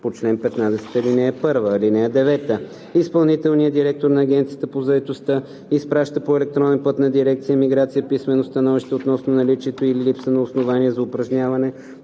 по чл. 15, ал. 1. (9) Изпълнителният директор на Агенция по заетостта изпраща по електронен път на дирекция „Миграция“ писмено становище относно наличието или липса на основание за упражняване